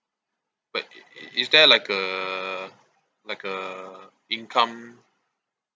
but i~ i~ is there like a like a income